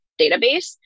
database